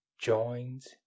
joins